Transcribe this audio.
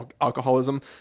alcoholism